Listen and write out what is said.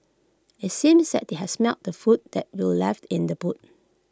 IT seemed that they had smelt the food that were left in the boot